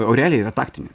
o realiai yra taktinė